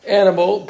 animal